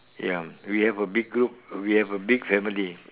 ya we have a big group we have a big family